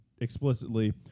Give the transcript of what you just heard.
explicitly